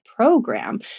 Program